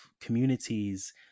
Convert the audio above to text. communities